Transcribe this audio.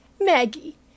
Maggie